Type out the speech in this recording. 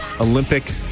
Olympic